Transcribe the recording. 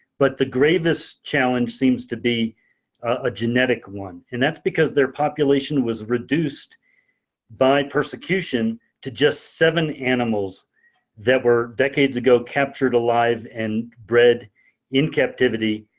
but the greatest challenge seems to be a genetic one. and that's because their population was reduced by persecution to just seven animals that were decades ago captured alive and bred in captivity.